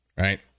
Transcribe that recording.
right